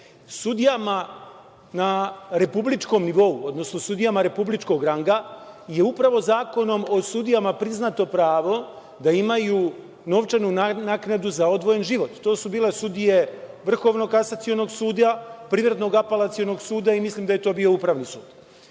Sudijama na republičkom nivou, odnosno sudijama republičkog ranga je upravo Zakonom o sudijama priznato pravo da imaju novčanu naknadu za odvojen život. To su bile sudije Vrhovnog kasacionog suda, Privrednog Apelacionog suda, i mislim da je to bio Upravni sud.